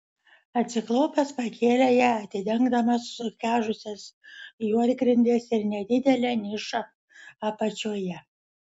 atsiklaupęs pakėlė ją atidengdamas sukežusias juodgrindes ir nedidelę nišą apačioje